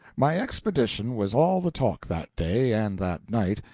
my expedition was all the talk that day and that night,